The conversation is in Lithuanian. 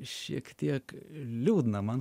šiek tiek liūdna man